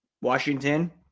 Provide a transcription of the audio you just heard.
Washington